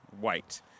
White